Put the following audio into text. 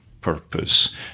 purpose